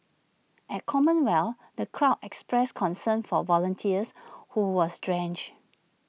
at commonwealth the crowd expressed concern for volunteers who was drenched